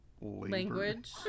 language